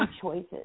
choices